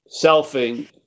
selfing